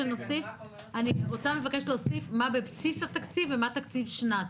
אני מבקשת להוסיף מה בבסיס התקציב ומה תקציב שנת.